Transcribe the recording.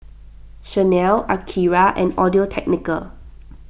Chanel Akira and Audio Technica